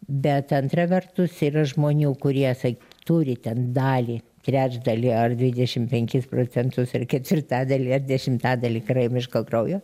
bet antra vertus yra žmonių kurie sa turi ten dalį trečdalį ar dvidešim penkis procentus ar ketvirtadalį ar dešimtadalį karaimiško kraujo